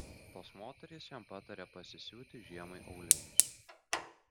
tos moterys jam patarė pasisiūti žiemai aulinius